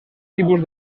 tipus